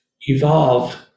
evolved